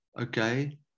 okay